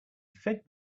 fed